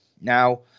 Now